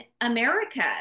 America